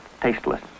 tasteless